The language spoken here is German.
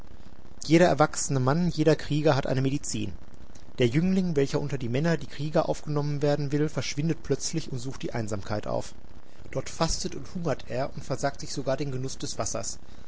jeder erwachsene mann jeder krieger hat eine medizin der jüngling welcher unter die männer die krieger aufgenommen werden will verschwindet plötzlich und sucht die einsamkeit auf dort fastet und hungert er und versagt sich sogar den genuß des wassers